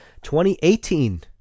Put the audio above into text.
2018